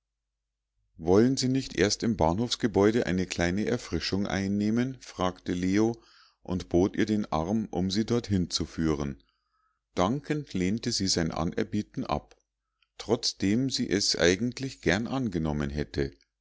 wollen sie nicht erst im bahnhofsgebäude eine kleine erfrischung einnehmen fragte leo und bot ihr den arm um sie dorthin zu führen dankend lehnte sie sein anerbieten ab trotzdem sie es eigentlich gern angenommen hätte